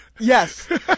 Yes